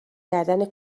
کردن